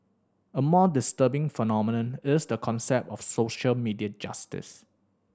a more disturbing phenomenon is the concept of social media justice